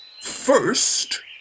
first